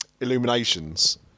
Illuminations